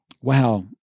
wow